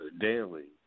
daily